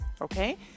okay